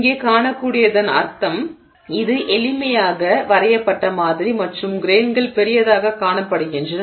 இங்கே காணக்கூடியதன் அர்த்தம் இது எளிமையாக வரையப்பட்ட மாதிரி மற்றும் கிரெய்ன்கள் பெரியதாகக் காணபடுகின்றன